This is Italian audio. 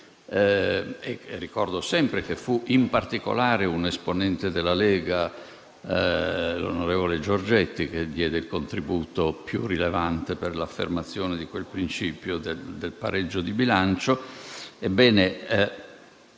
e ricordo sempre che fu in particolare un esponente della Lega, l'onorevole Giorgetti, che diede il contributo più rilevante per l'affermazione di quel principio del pareggio di bilancio.